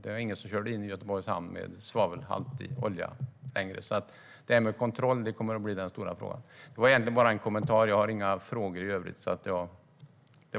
Det var ingen som körde in i Göteborgs hamn med svavelhaltig olja längre. Det här med kontroll kommer att bli den stora frågan. Det var egentligen bara en kommentar. Jag har inga frågor i övrigt.